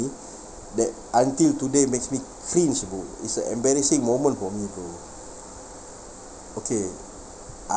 that until today makes me cringe to go it's a embarrassing moment for me though okay uh